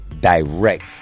direct